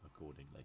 accordingly